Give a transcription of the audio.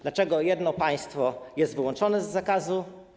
Dlaczego jedno państwo jest wyłączone z zakazu?